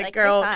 like girl, um